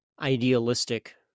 idealistic